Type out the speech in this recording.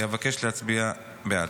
אבקש להצביע בעד.